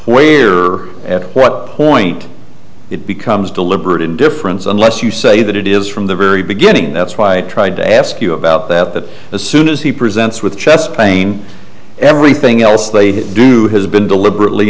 way here at what point it becomes deliberate indifference unless you say that it is from the very beginning that's why i tried to ask you about that but as soon as he presents with chest pain everything else they do has been deliberately